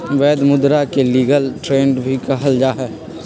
वैध मुदा के लीगल टेंडर भी कहल जाहई